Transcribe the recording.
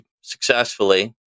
successfully